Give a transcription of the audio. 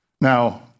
Now